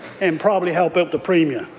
and probably help out the premier.